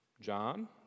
John